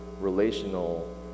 relational